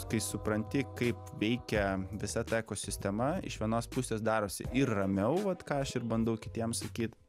kai supranti kaip veikia visa ta ekosistema iš vienos pusės darosi ir ramiau vat ką aš ir bandau kitiems sakyt